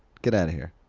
get out of here,